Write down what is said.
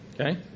Okay